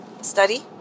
study